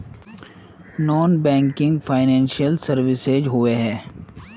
Non banking financial services होबे है?